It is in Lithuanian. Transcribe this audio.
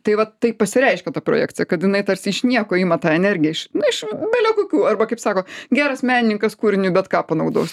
tai va taip pasireiškia ta projekcija kad jinai tarsi iš nieko ima tą energiją iš na iš bele kokių arba kaip sako geras menininkas kūriniui bet ką panaudos